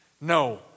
No